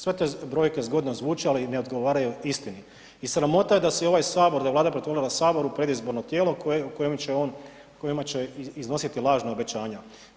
Sve te brojke zgodno zvuče, ali ne odgovaraju istini i sramota je da se ovaj sabora, da je Vlada pretvorila sabor u predizborno tijelo u kojem će on, u kojem će iznositi lažna obećanja.